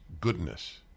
goodness